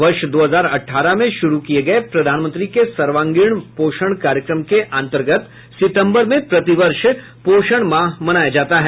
वर्ष दो हजार अठारह में शुरू किए गए प्रधानमंत्री के सर्वांगीण पोषण कार्यक्रम के अंतर्गत सितम्बर में प्रतिवर्ष पोषण माह मनाया जाता है